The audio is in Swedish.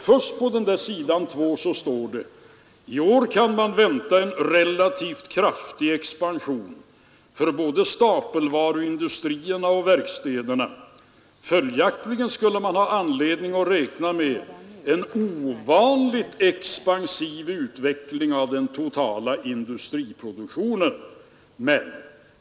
Först på denna sida står: ”I år kan man vänta en relativt kraftig expansion för både stapelvaruindustrierna och verkstäderna. Följaktligen skulle man ha anledning att räkna med en ovanligt expansiv utveckling av den totala industriproduktionen.